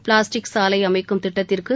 plastic சாலை அமைக்கும் திட்டத்திற்கு